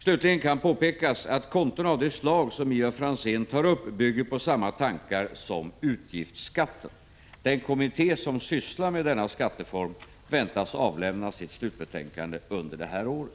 Slutligen kan påpekas att konton av det slag som Ivar Franzén tar upp bygger på samma tankar som utgiftsskatten. Den kommitté som sysslar med denna skatteform väntas avlämna sitt slutbetänkande under året.